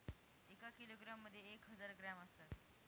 एका किलोग्रॅम मध्ये एक हजार ग्रॅम असतात